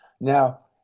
now